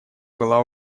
была